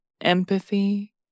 empathy